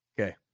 Okay